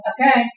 Okay